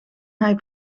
hij